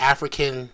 African